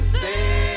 say